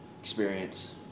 Experience